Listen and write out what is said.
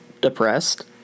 depressed